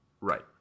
Right